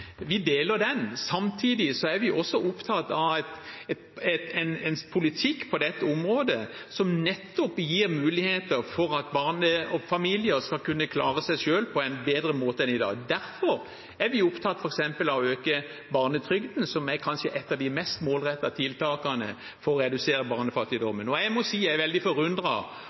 Vi deler den bekymringen. Samtidig er vi også opptatt av en politikk på dette området som gir muligheter for at familier skal kunne klare seg selv på en bedre måte enn i dag. Derfor er vi f.eks. opptatt av å øke barnetrygden, som kanskje er et av de mest målrettede tiltakene for å redusere barnefattigdommen. Jeg må si jeg er veldig